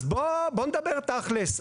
אז בואו נדבר תכלס.